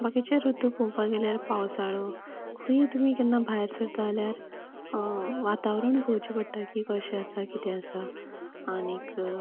बाकीचें रुतू पळोवपा गेल्यार पावसाळो खुंयी तुमीं केन्ना भायर सरता आल्यार वातावरण पळोवचें पडटा की कशें आसा किदें आसा आनीक